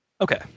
Okay